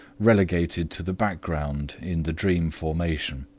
relegated to the background in the dream formation.